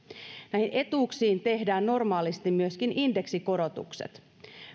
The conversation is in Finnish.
näihin etuuksiin myöskin tehdään normaalit indeksikorotukset